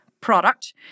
product